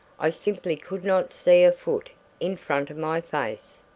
i simply could not see a foot in front of my face.